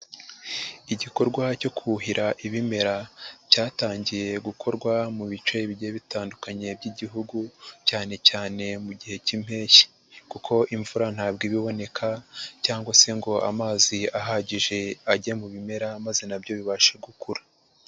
Igikorwa cyo kuhira ibimera cyatangiye gukorwa mu bice bi bitandukanye by'igihugu cyanecyane mu gihe cy'impeshyi kuko imvura ntabwo iba iboneka cyangwa se ngo amazi ahagije ajye mu bimera maze nabyo bibashe gukura.